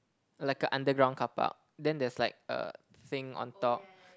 like a underground car park then there's like a thing on top